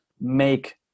make